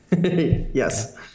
yes